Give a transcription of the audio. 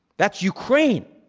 that's ukraine.